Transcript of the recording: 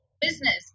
business